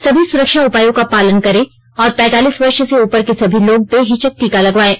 सभी सुरक्षा उपायों का पालन करें और पैंतालीस वर्ष से उपर के सभी लोग बेहिचक टीका लगवायें